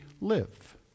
live